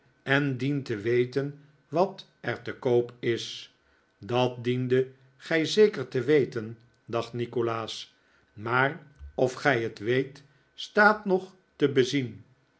en dien te weten wat er te koop is dat diendet gij zeker te weteri dacht nikolaas maar of gij het weet staat nog te bezien